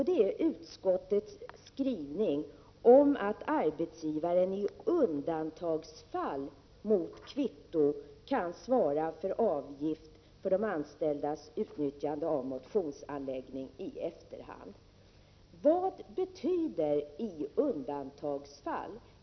Det gäller utskottets skrivning om att arbetsgivaren i undantagsfall i efterhand mot kvitto kan svara för avgift för de anställdas utnyttjande av motionsanläggning. Vad betyder ”i undantagsfall”?